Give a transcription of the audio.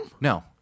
No